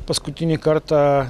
paskutinį kartą